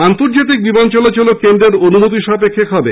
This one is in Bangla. আন্তর্জাতিক বিমান চলাচলও কেন্দ্রের অনুমতি সাপেক্ষে হবে